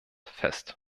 fest